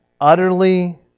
utterly